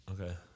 okay